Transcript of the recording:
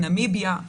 נמיביה,